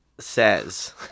Says